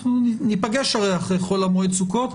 הרי אנחנו ניפגש אחרי חול המועד סוכות,